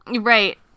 right